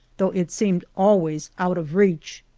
though it seemed always out of reach.